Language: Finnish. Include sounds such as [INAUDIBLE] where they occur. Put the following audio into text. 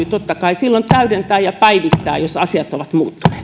[UNINTELLIGIBLE] totta kai silloin täydentää ja päivittää jos asiat ovat muuttuneet